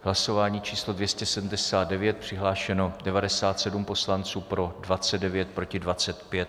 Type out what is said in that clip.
Hlasování číslo 279, přihlášeno 97 poslanců, pro 29, proti 25.